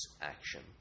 action